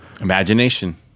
Imagination